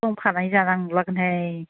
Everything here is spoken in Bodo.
खम खालायजानाय नंलागोन हाय